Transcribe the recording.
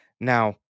Now